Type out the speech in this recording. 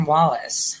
Wallace